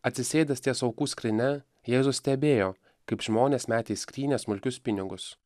atsisėdęs ties aukų skrynia jėzus stebėjo kaip žmonės metė į skrynią smulkius pinigus